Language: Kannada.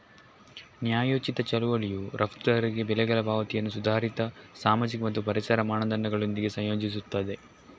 ನ್ಯಾಯೋಚಿತ ಚಳುವಳಿಯು ರಫ್ತುದಾರರಿಗೆ ಬೆಲೆಗಳ ಪಾವತಿಯನ್ನು ಸುಧಾರಿತ ಸಾಮಾಜಿಕ ಮತ್ತು ಪರಿಸರ ಮಾನದಂಡಗಳೊಂದಿಗೆ ಸಂಯೋಜಿಸುತ್ತದೆ